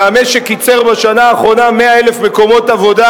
והמשק ייצר בשנה האחרונה 100,000 מקומות עבודה,